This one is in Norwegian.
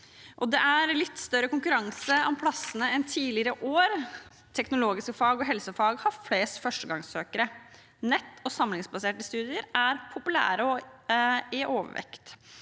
Det er litt større konkurranse om plassene enn tidligere år, og teknologiske fag og helsefag har flest førstegangssøkere. Nett- og samlingsbaserte studier er populære og i overvekt,